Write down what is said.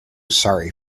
sorry